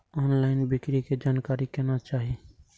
Online बिक्री के जानकारी केना चाही?